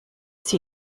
sie